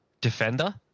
defender